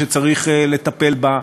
שצריך לטפל בה,